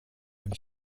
und